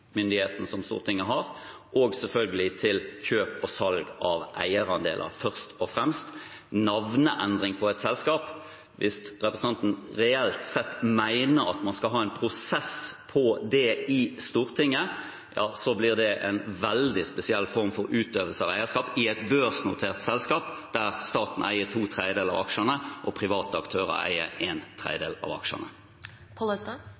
som Stortinget har, og selvfølgelig til kjøp og salg av eierandeler, først og fremst. Navneendring på et selskap – hvis representanten reelt sett mener at man skal ha en prosess på det i Stortinget, blir det en veldig spesiell form for utøvelse av eierskap i et børsnotert selskap der staten eier to tredjedeler av aksjene og private aktører eier en